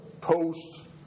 post